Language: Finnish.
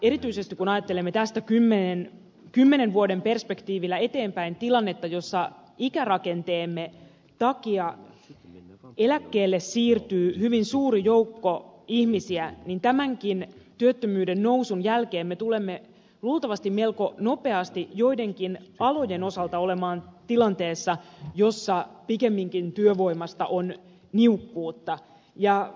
erityisesti kun ajattelemme tästä kymmenen vuoden perspektiivillä eteenpäin tilannetta jossa ikärakenteemme takia eläkkeelle siirtyy hyvin suuri joukko ihmisiä tämänkin työttömyyden nousun jälkeen me tulemme luultavasti melko nopeasti joidenkin alojen osalta olemaan tilanteessa jossa pikemminkin työvoimasta on niukkuutta